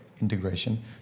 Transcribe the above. integration